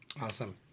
Awesome